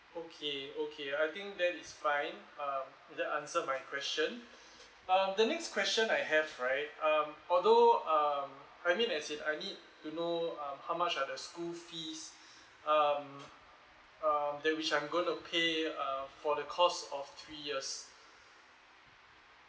okay okay I think that is fine uh that answered my question um the next question I have right um although um I mean as in I need to know um how much are the school fees um um that which I'm going to pay uh for the cost of three years